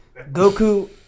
Goku